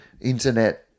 internet